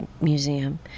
Museum